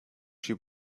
she